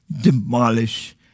demolish